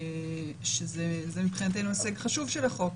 זה מבחינתנו הישג חשוב של החוק,